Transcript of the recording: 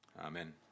Amen